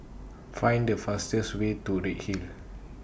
Find The fastest Way to Redhill